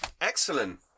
excellent